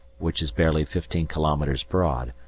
which is barely fifteen kilometres broad,